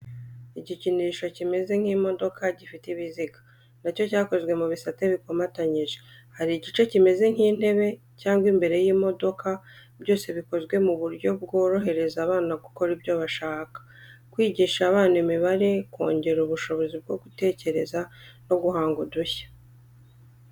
Igikinisho kimeze nk’imodoka gifite ibiziga. Nacyo cyakozwe mu bisate bikomatanyije. Hari igice kimeze nk’intebe cyangwa imbere y’imodoka byose bikozwe mu buryo bworohereza abana gukora ibyo bashaka. Kwigisha abana imibare kongera ubushobozi bwo gutekereza no guhanga udushya.